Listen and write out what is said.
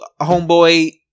homeboy